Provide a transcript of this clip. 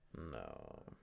No